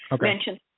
mention